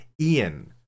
Ian